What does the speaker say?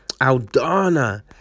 Aldana